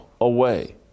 away